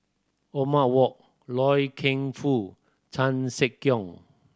Wok Loy Keng Foo Chan Sek Keong